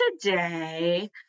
today